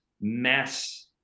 mass